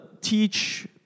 teach